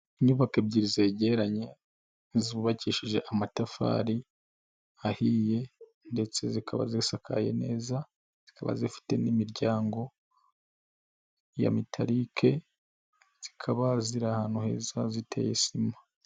Inyubako ebyiri zegeranye zubakishije amatafari ahiye ndetse zikaba zisakaye neza, zikaba zifite n'imiryango ya mitalike, zikaba ziri ahantu heza ziteye sima.